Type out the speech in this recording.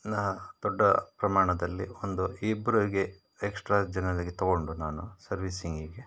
ನಾನು ದೊಡ್ಡ ಪ್ರಮಾಣದಲ್ಲಿ ಒಂದು ಇಬ್ಬರಿಗೆ ಎಕ್ಸ್ಟ್ರಾ ಜನರಿಗೆ ತಗೊಂಡು ನಾನು ಸರ್ವೀಸಿಂಗಿಗೆ